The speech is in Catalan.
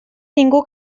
ningú